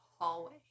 hallway